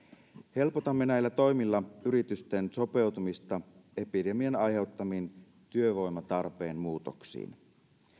helpotamme näillä toimilla yritysten sopeutumista epidemian aiheuttamiin työvoimatarpeen muutoksiin